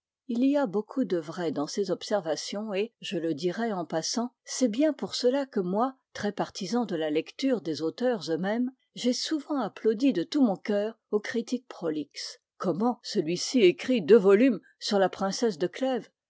il y a beaucoup de vrai dans ces observations et je le dirai en passant c'est bien pour cela que moi très partisan de la lecture des auteurs eux-mêmes j'ai souvent applaudi de tout mon cœur aux critiques prolixes comment celui-ci écrit deux volumes sur la princesse de